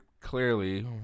clearly